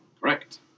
Correct